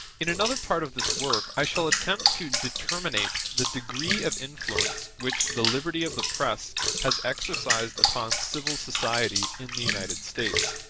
in another part of this work i shall attempt to determinate the degree of influence which the liberty of the press has exercised upon civil society in the united states,